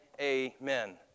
amen